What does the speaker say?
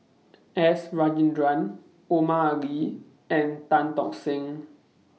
S Rajendran Omar Ali and Tan Tock Seng